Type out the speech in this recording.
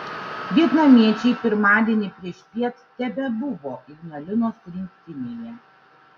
vietnamiečiai pirmadienį priešpiet tebebuvo ignalinos rinktinėje